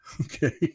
Okay